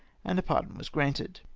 and a pardon was granted.